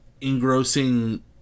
engrossing